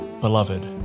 beloved